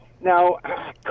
Now